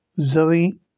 Zoe